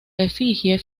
efigie